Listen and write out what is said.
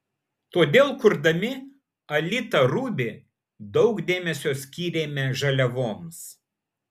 todėl kurdami alita ruby daug dėmesio skyrėme žaliavoms